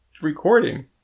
recording